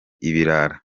ibirara